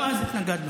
גם אז התנגדנו,